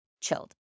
Chilled